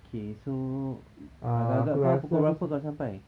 okay so agak-agak kau pukul berapa kau sampai